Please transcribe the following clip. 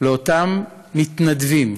לאותם מתנדבים,